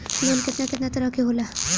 Loan केतना केतना तरह के होला?